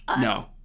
no